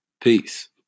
Peace